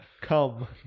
come